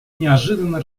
неожиданно